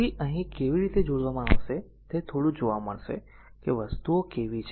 તેથી અહીં કેવી રીતે જોડવામાં આવશે તે થોડું જોવા મળશે વસ્તુઓ કેવી છે